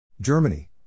Germany